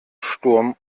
sturm